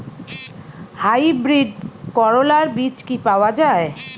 Hybrid করলার বীজ কি পাওয়া যায়?